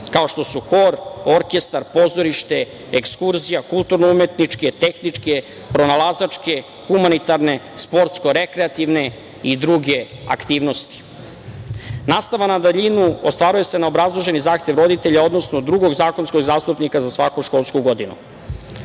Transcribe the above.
kao što su hor, orkestar, pozorište, ekskurzija, kulturno-umetničke, tehničke, pronalazačke, humanitarne, sportsko-rekreativne i druge aktivnosti. Nastava na daljinu ostvaruje se na obrazloženi zahtev roditelja, odnosno drugog zakonskog zastupnika za svaku školsku godinu. Na